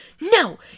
no